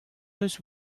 deus